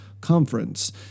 conference